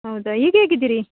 ಹೌದಾ ಈಗ ಹೇಗಿದ್ದೀರಿ